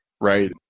right